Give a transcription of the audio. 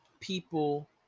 people